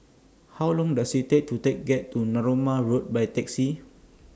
How Long Does IT Take to Take get to Narooma Road By Taxi